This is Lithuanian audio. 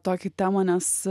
tokią temą nes